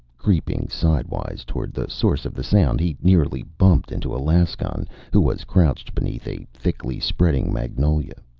creeping sidewise toward the source of the sound, he nearly bumped into alaskon, who was crouched beneath a thickly-spreading magnolia.